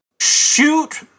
shoot